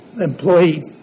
employee